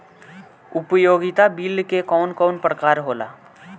उपयोगिता बिल के कवन कवन प्रकार होला?